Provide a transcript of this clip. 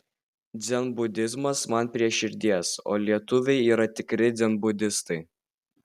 dzenbudizmas man prie širdies o lietuviai yra tikri dzenbudistai